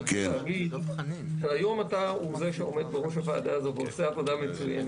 היום אתה הוא זה שעומד בראש הוועדה הזאת ועושה עבודה מצוינת,